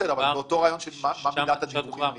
מבחינת הרעיון של מה מידת הדיווחים הנדרשים.